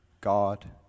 God